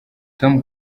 tom